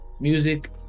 music